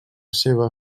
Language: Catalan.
seva